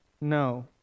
No